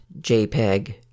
jpeg